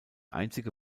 einzige